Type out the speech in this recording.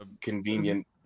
convenient